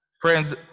Friends